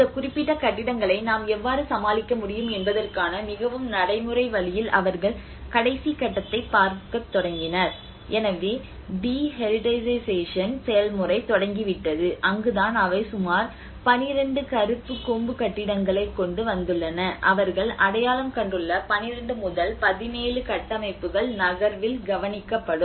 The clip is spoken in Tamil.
இந்த குறிப்பிட்ட கட்டிடங்களை நாம் எவ்வாறு சமாளிக்க முடியும் என்பதற்கான மிகவும் நடைமுறை வழியில் அவர்கள் கடைசி கட்டத்தைப் பார்க்கத் தொடங்கினர் எனவே டி ஹெரிடேஜிசேஷன் செயல்முறை தொடங்கிவிட்டது அங்குதான் அவை சுமார் 12 கருப்பு கொம்பு கட்டிடங்களைக் கொண்டு வந்துள்ளன அவர்கள் அடையாளம் கண்டுள்ள 12 முதல் 17 கட்டமைப்புகள் நகர்வில் கவனிக்கப்படும்